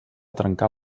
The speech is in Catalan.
trencar